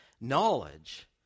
Knowledge